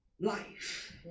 life